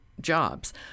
jobs